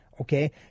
okay